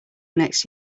next